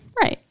Right